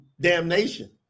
damnation